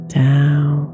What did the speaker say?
down